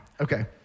Okay